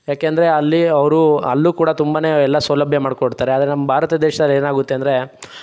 ಏಕೆಂದರೆ ಅಲ್ಲಿ ಅವರು ಅಲ್ಲೂ ಕೂಡ ತುಂಬನೇ ಎಲ್ಲ ಸೌಲಭ್ಯ ಮಾಡಿಕೊಡ್ತಾರೆ ಆದರೆ ನಮ್ಮ ಭಾರತ ದೇಶದಲ್ಲಿ ಏನಾಗುತ್ತೆ ಅಂದರೆ